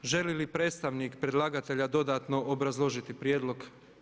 Želi li predstavnik predlagatelja dodatno obrazložiti prijedlog?